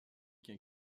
qu’un